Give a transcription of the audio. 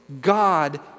God